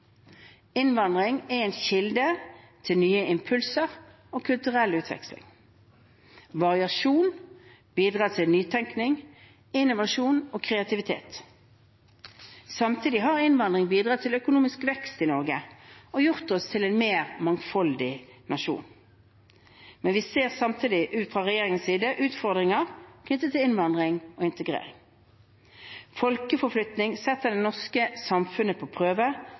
Innvandring er en kilde til nye impulser og kulturell utveksling. Variasjon bidrar til nytenkning, innovasjon og kreativitet. Samtidig som innvandring har bidratt til økonomisk vekst i Norge og gjort oss til en mer mangfoldig nasjon, ser regjeringen utfordringer knyttet til innvandring og integrering. Folkeforflytning setter det norske samfunnet på prøve,